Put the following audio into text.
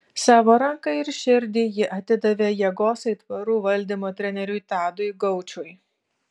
savo ranką ir širdį ji atidavė jėgos aitvarų valdymo treneriui tadui gaučui